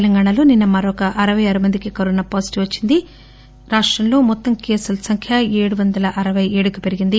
తెలంగాణలో నిన్న మరొక అరపై ఆరు మందికి కరోనా పాజిటివ్ వచ్చింది దీంతో రాష్టంలో మొత్తం కేసుల సంఖ్య ఏడు వందల అరవై ఆరుకి పెరిగింది